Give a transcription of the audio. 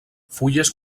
fulles